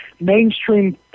mainstream